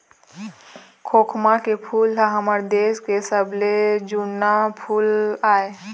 खोखमा के फूल ह हमर देश के सबले जुन्ना फूल आय